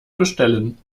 bestellen